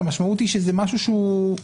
המשמעות היא שזה משהו שהוא,